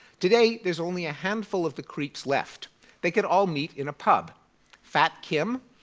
today there's only a handful of the creeps left they could all meet in a pub fat kim,